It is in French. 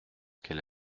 qu’elle